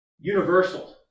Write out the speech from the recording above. universal